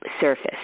Surface